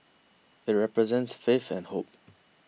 it represents faith and hope